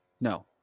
No